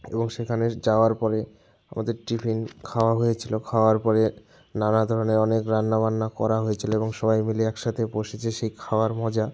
এবং সেখানে যাওয়ার পরে আমাদের টিফিন খাওয়া হয়েছিল খাওয়ার পরে নানা ধরনের অনেক রান্নাবান্না করা হয়েছিল এবং সবাই মিলে একসাথে বসে যে সেই খাওয়ার মজা